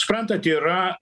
suprantat yra